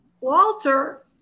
Walter